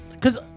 cause